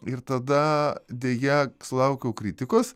ir tada deja sulaukiau kritikos